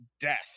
death